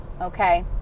Okay